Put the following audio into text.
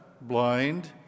blind